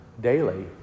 daily